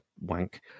wank